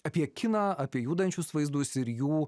apie kiną apie judančius vaizdus ir jų